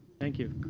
thank you.